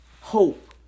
hope